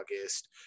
August